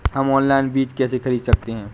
हम ऑनलाइन बीज कैसे खरीद सकते हैं?